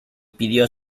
pidió